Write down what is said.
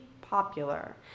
popular